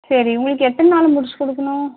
சரி உங்களுக்கு எத்தனை நாளில் முடித்து கொடுக்கணும்